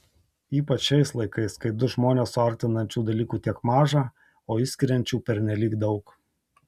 ypač šiais laikais kai du žmones suartinančių dalykų tiek maža o išskiriančių pernelyg daug